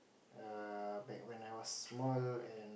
err back when I was small and